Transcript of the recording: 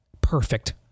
perfect